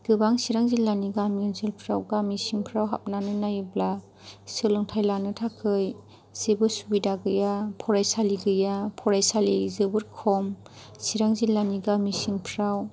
गोबां चिरां जिल्लानि गामि ओनसोलफ्राव गामि सिंफ्राव हाबनानै नायोब्ला सोलोंथाइ लानो थाखाय जेबो सुबिदा गैया फरायसालि गैया फरायसालि जोबोर खम चिरां जिल्लानि गामि सिंफ्राव